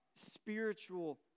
spiritual